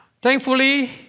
Thankfully